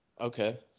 Okay